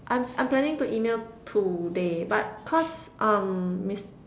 I'm I'm planning to email today but cause um miss